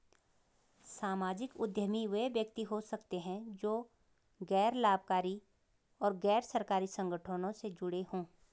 सामाजिक उद्यमी वे व्यक्ति हो सकते हैं जो गैर लाभकारी और गैर सरकारी संगठनों से जुड़े हों